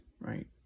right